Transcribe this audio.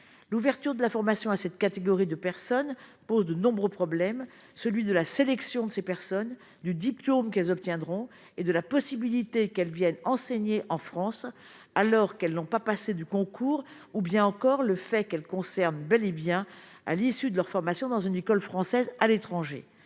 l'ouverture de l'information à cette catégorie de personnes, pose de nombreux problèmes : celui de la sélection de ces personnes du diplôme qu'ils obtiendront et de la possibilité qu'elles viennent enseigner en France alors qu'elles n'ont pas passé du concours ou bien encore le fait qu'elle concerne bel et bien, à l'issue de leur formation dans une école française à l'étranger,